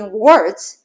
words